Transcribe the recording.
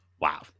Wow